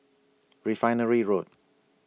Refinery Road